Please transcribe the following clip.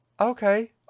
Okay